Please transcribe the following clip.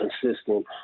consistent